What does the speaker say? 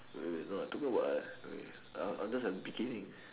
wait wait not I told you what we I'm I'm just at the beginning